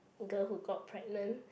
girl who got pregnant